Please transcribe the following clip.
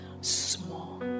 small